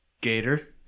Gator